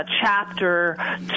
chapter